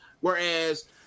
whereas